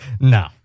No